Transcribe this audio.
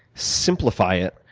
simplify it,